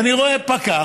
ואני רואה פקח